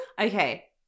Okay